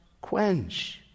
quench